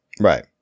Right